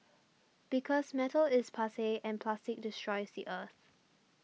because metal is passe and plastic destroys the earth